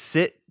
Sit